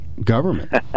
government